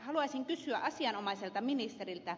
haluaisin kysyä asianomaiselta ministeriltä